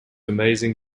amazing